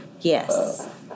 Yes